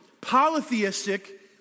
polytheistic